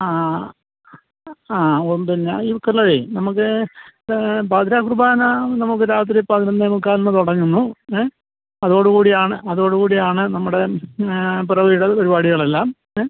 ആ ആ ആ ആ ഉണ്ട് ഞാൻ ഈ കൊല്ലവേ നമുക്ക് പാതിരാ കുറുബാന നമുക്ക് രാത്രി പതിനൊന്നേ മുക്കാലിന് തുടങ്ങുന്നു ഏഹ് അതോടുകൂടിയാണ് അതോടുകൂടിയാണ് നമ്മുടെ പിറവിയിടൽ പരിപാടികളെല്ലാം ഏഹ്